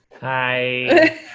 Hi